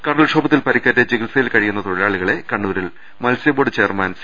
കടൽക്ഷോഭത്തിൽ പരിക്കേറ്റ് ചികിത്സയിൽ കഴിയുന്ന തൊഴിലാളി കളെ കണ്ണൂരിൽ മത്സ്യബോർഡ് ചെയർമാൻ സി